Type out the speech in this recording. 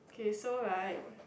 K so right